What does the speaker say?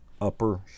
upper